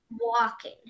walking